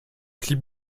clip